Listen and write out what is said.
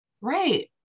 Right